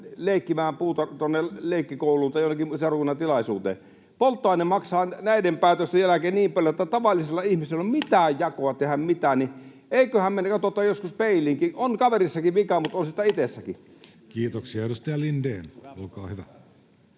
leikkimään leikkikouluun tai jonnekin seurakunnan tilaisuuteen? Polttoaine maksaa näiden päätösten jälkeen niin paljon, että tavallisilla ihmisillä ei ole mitään jakoa tehdä mitään. Niin että eiköhän me nyt katsota joskus peiliinkin. On kaverissakin vikaa, mutta on sitä itsessäkin. Kiitoksia. — Edustaja Lindén, olkaa hyvä.